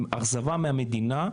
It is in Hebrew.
אכזבה מהמדינה,